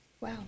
Wow